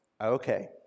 Okay